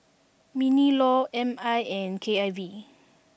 Mini law M I and K I V